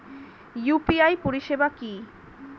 UPI পরিষেবা কি?